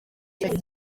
gihe